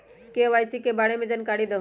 KYC के बारे में जानकारी दहु?